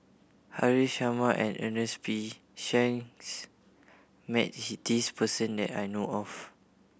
Haresh Sharma and Ernest P Shanks met this person that I know of